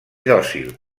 dòcil